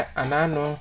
anano